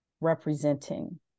representing